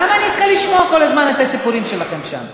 למה אני צריכה לשמוע כל הזמן את הסיפורים שלכם שם?